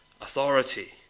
Authority